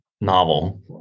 novel